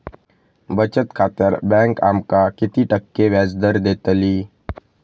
बचत खात्यार बँक आमका किती टक्के व्याजदर देतली?